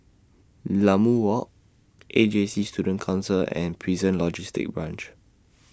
Walk A J C Student Concert and Prison Logistic Branch